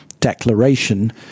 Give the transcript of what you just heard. declaration